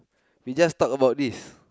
we just talk about this